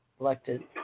elected